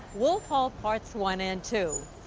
wolf hall parts one and two.